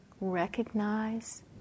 recognize